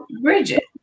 Bridget